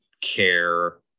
care